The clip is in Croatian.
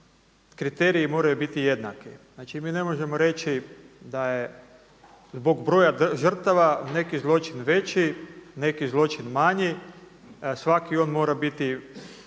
kriteriji moraju biti jednaki. Znači mi ne možemo reći da je zbog broja žrtava neki zločin veći, neki zločin manji, svaki on mora biti